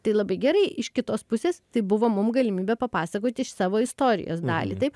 tai labai gerai iš kitos pusės tai buvo mum galimybė papasakoti iš savo istorijos dalį taip